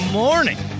morning